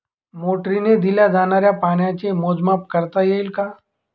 मोटरीने दिल्या जाणाऱ्या पाण्याचे मोजमाप करता येईल का?